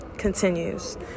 Continues